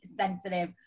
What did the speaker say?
sensitive